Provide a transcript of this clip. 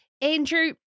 Andrew